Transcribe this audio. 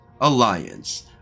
Alliance